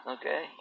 okay